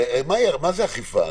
הרי מה זה אכיפה?